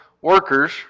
workers